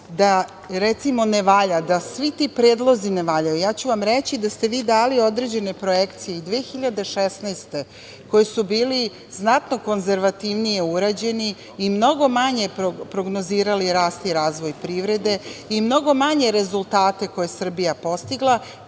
da recimo ne valja, da svi ti predlozi ne valjaju, ja ću vam reći da ste vi dali određene projekcije i 2016. godine koje su bile znatno konzervativnije urađene i mnogo manje prognozirali rast i razvoj privrede, i mnogo manje rezultate koje je Srbija postigla,